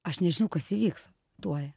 aš nežinau kas įvyks tuoj